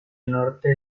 norte